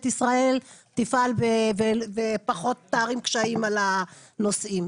ישראל תפעל ופחות תערים קשיים על הנוסעים.